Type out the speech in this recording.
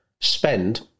spend